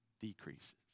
decreases